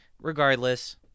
Regardless